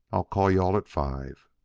i'll call you-all at five.